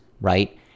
right